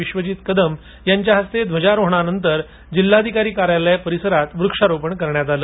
विश्वजीत कदम यांच्या हस्ते ध्वजारोहणानंतर जिल्हाधिकारी कार्यालय परिसरात वृक्षारोपण करण्यात आलं